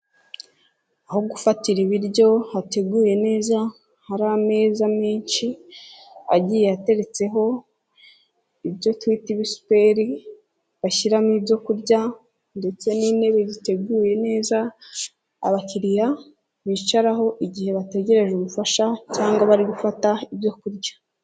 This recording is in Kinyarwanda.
Aho gufatira ibiryo hateguye neza hari ameza menshi, agiye ateretseho ibyo twita ibisuperi, bashyiramo ibyo kurya ndetse n'intebe ziteguye neza abakiriya bicaraho, igihe bategereje ubufasha cyangwa bari gufata ibyo kurya.